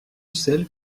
celle